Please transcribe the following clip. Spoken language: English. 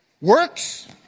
Works